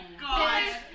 god